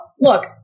look